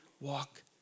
walk